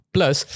Plus